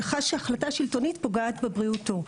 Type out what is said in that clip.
שחש שהחלטה שלטונית פוגעת בבריאותו,